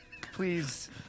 Please